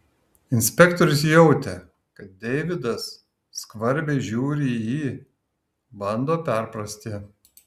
inspektorius jautė kad deividas skvarbiai žiūri į jį bando perprasti